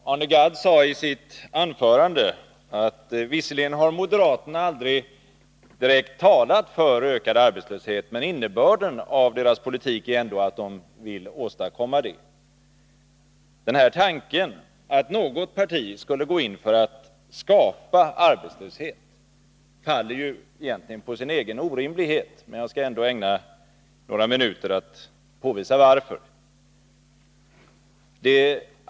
Herr talman! Arne Gadd sade i sitt anförande att moderaterna visserligen aldrig direkt har talat för ökad arbetslöshet, men innebörden av deras politik är ändå att de vill åstadkomma det. Den här tanken, att något parti skulle gå in för att skapa arbetslöshet, faller ju egentligen på sin egen orimlighet. Jag skall ändå ägna några minuter åt att påvisa varför.